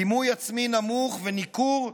דימוי עצמי נמוך וניכור,